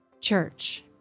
church